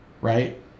Right